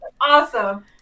Awesome